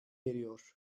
eriyor